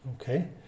Okay